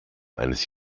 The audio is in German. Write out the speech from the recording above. eines